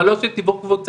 אבל לא של תיווך קבוצתי.